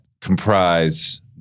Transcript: comprise